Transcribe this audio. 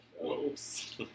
Whoops